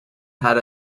had